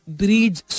breeds